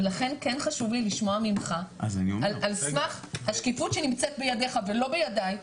ולכן כן חשוב לי לשמוע ממך על סמך השקיפות שנמצאת בידך ולא בידיי,